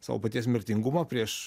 savo paties mirtingumą prieš